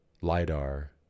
LIDAR